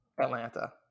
Atlanta